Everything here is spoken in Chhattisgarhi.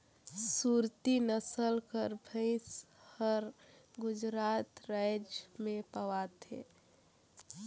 सुरती नसल कर भंइस हर गुजरात राएज में पवाथे